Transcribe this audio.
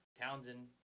Townsend